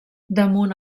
damunt